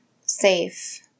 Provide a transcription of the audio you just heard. safe